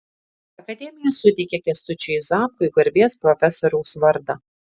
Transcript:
akademija suteikė kęstučiui zapkui garbės profesoriaus vardą